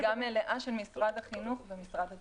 מלגה מלאה של משרד החינוך ושל משרד התיירות.